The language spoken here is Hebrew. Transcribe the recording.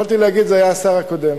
יכולתי להגיד שזה השר הקודם.